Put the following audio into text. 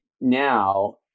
now